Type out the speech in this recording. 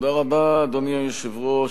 אדוני היושב-ראש,